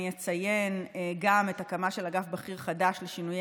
אני אציין גם את ההקמה של אגף בכיר חדש לשינויי